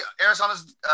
Arizona's